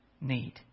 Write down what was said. need